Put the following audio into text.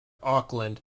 auckland